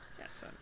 Yes